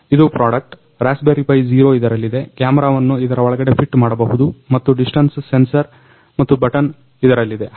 ಇದು product raspberry pi zero ಇದರಲ್ಲಿದೆ ಕ್ಯಾಮರವನ್ನ ಇದರ ಒಳಗಡೆ ಫಿಟ್ ಮಾಡಬಹುದು ಮತ್ತು ಡಿಸ್ಟನ್ಸ್ ಸೆನ್ಸರ್ ಮತ್ತು ಬಟನ್ ಇದರಲ್ಲಿದೆ